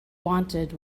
wanted